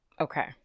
Okay